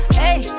hey